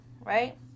Right